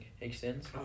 extends